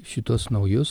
šituos naujus